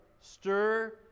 Stir